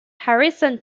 harrison